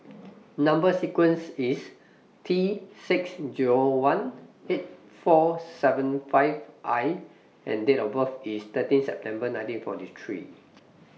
Number sequence IS T six Zero one eight four seven five I and Date of birth IS thirteen September nineteen forty three